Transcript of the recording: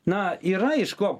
na yra iš ko